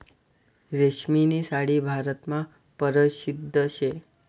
रेशीमनी साडी भारतमा परशिद्ध शे